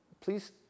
Please